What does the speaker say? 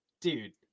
Dude